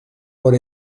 por